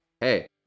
hey